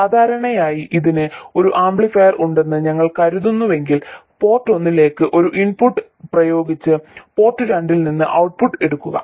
സാധാരണയായി ഇതിന് ഒരു ആംപ്ലിഫയർ ഉണ്ടെന്ന് ഞങ്ങൾ കരുതുന്നുവെങ്കിൽ പോർട്ട് ഒന്നിലേക്ക് ഒരു ഇൻപുട്ട് പ്രയോഗിച്ച് പോർട്ട് രണ്ടിൽ നിന്ന് ഔട്ട്പുട്ട് എടുക്കുക